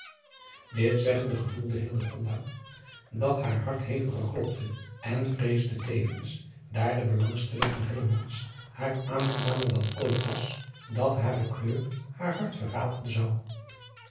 dit zeggende gevoelde hillegonda dat haar hart heviger klopte en vreesde tevens daar de belangstelling van hellemans haar aangenamer dan ooit was dat hare kleur haar hart verraden zou